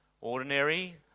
ordinary